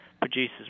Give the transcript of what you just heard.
producers